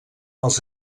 els